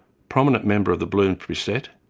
prominent member of the bloomsbury set,